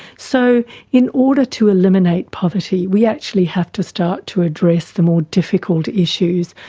so in order to eliminate poverty we actually have to start to address the more difficult issues,